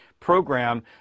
program